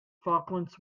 falklands